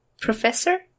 Professor